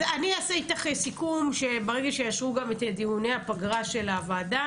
אעשה איתך סיכום שברגע שיאשרו את דיוני הפגרה של הוועדה,